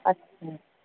अच्छा